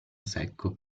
secco